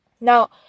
Now